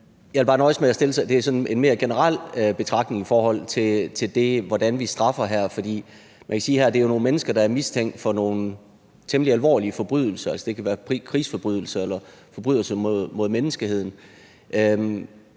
Jeg vil bare nøjes med at komme med en mere generel betragtning, i forhold til hvordan vi straffer. Man kan sige, at det jo er nogle mennesker, der er mistænkt for nogle temmelig alvorlige forbrydelser – det kan være krigsforbrydelser eller forbrydelser mod menneskeheden